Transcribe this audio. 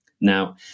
Now